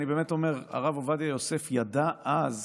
אני באמת אומר, הרב עובדיה יוסף ידע אז